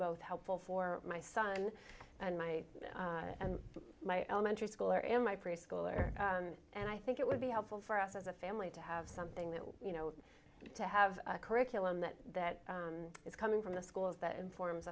both helpful for my son and my and my elementary school or in my preschooler and i think it would be helpful for us as a family to have something that you know to have a curriculum that that is coming from the schools that informs